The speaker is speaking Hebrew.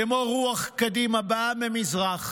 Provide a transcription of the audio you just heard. כמו רוח קדים הבאה מזרח